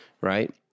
right